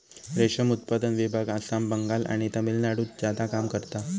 रेशम उत्पादन विभाग आसाम, बंगाल आणि तामिळनाडुत ज्यादा काम करता